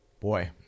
Boy